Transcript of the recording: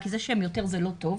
כי זה שהם יותר, זה לא טוב,